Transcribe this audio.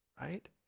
Right